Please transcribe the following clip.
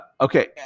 Okay